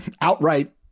outright